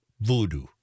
voodoo